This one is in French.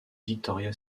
victoria